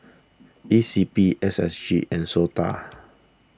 E C P S S G and Sota